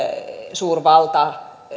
suurvaltojen